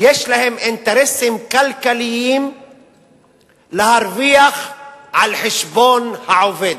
יש להן אינטרסים כלכליים להרוויח על חשבון העובד.